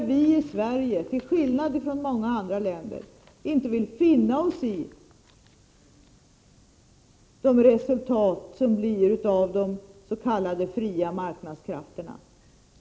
Vi i Sverige — till skillnad från vad som är fallet i andra länder — villinte finna oss i resultaten av de s.k. fria marknadskrafterna.